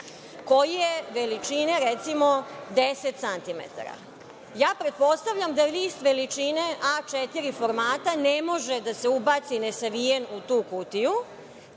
koji je veličine recimo 10 centimetara. Pretpostavljam da je list veličine A4 formata i da ne može da se ubaci nesavijen u tu kutiju,